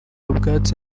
utwatsi